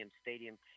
Stadium